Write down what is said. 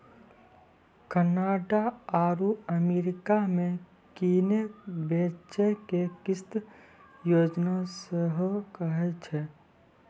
Canada आरु America मे किनै बेचै के किस्त योजना सेहो कहै छै